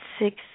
six